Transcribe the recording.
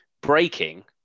breaking